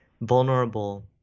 vulnerable